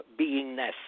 beingness